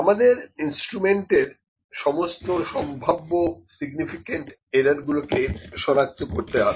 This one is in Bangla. আমাদের ইন্সট্রুমেন্ট এর সমস্ত সম্ভাব্য সিগনিফিকেন্ট এররগুলোকে সনাক্ত করতে হবে